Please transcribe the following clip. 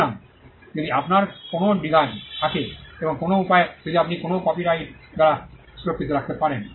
সুতরাং যদি আপনার কোনও ডিসাইন থাকে এবং কোনও উপায়ে আপনি কোনও কপিরাইট দ্বারা সুরক্ষিত রাখতে পারেন